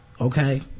Okay